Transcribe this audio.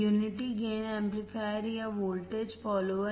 unity gain amplifier या voltage follower